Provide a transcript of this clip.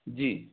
जी